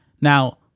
Now